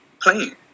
playing